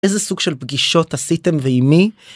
איזה סוג של פגישות עשיתם ועם מי?